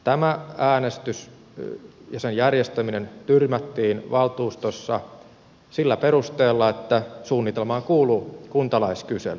tämä äänestys ja sen järjestäminen tyrmättiin valtuustossa sillä perusteella että suunnitelmaan kuului kuntalaiskyselyn järjestäminen